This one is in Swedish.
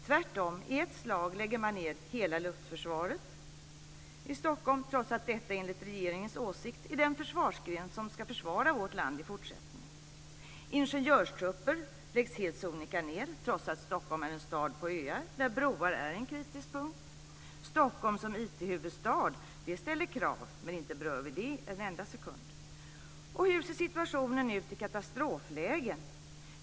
Tvärtom - i ett slag lägger man ned hela luftförsvaret i Stockholm, trots att detta enligt regeringens åsikt är den försvarsgren som ska försvara vårt land i fortsättningen. Ingenjörstrupper läggs helt sonika ned, trots att Stockholm är en stad på öar där broar är en kritisk punkt. Stockholm som IT-huvudstad ställer krav, men inte berör vi det en enda sekund. Hur ser situationen ut i katastroflägen?